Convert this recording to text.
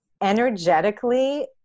energetically